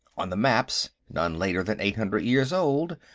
on the maps, none later than eight hundred years old,